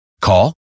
Call